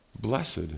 blessed